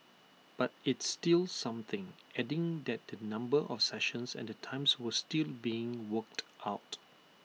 but it's still something adding that the number of sessions and the times were still being worked out